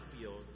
field